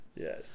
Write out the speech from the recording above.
Yes